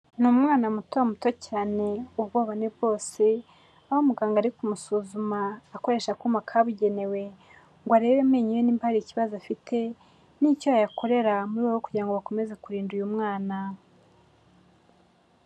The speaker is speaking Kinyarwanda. Ni umwana muto muto cyane, ubwoba ni bwose, aho muganga ari kumusuzuma, akoresha akuma kabugenewe ngo arebe amenyo ye niba hari ikibazo afite n'icyo yayakorera mu rwego rwo kugira ngo bakomeze kurinda uyu mwana.